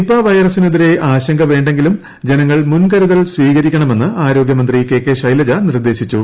Nipah വൈറസിനെതിരെ ആശങ്ക വേ വെ ങ്കിലും ജനങ്ങൾ മുൻകരുതൽ സ്വീകരിക്കണമെന്ന് ആരോഗ്യമന്ത്രി കെ കെ ശൈലജ നിർദ്ദേശിച്ചു